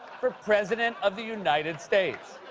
for president of the united states.